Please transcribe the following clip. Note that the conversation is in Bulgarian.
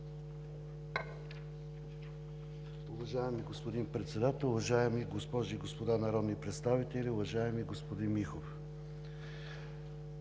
Уважаеми господин Председател, уважаеми госпожи и господа народни представители, уважаема доктор